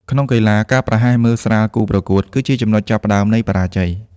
ក្នុងកីឡា ការប្រហែសមើលស្រាលគូប្រកួត គឺជាចំណុចចាប់ផ្ដើមនៃបរាជ័យ។